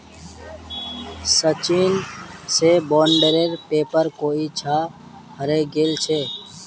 सचिन स बॉन्डेर पेपर कोई छा हरई गेल छेक